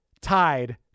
tied